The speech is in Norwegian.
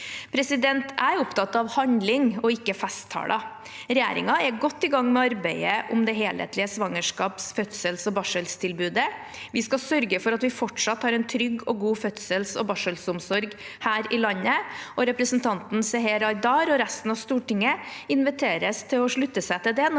2023 Jeg er opptatt av handling og ikke festtaler. Regjeringen er godt i gang med arbeidet med det helhetlige svangerskaps-, fødsels- og barseltilbudet. Vi skal sørge for at vi fortsatt har en trygg og god fødsels- og barselomsorg her i landet. Representanten Seher Aydar og resten av Stortinget inviteres til å slutte seg til det